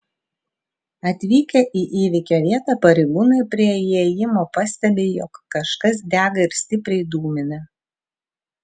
atvykę į įvykio vietą pareigūnai prie įėjimo pastebi jog kažkas dega ir stipriai dūmina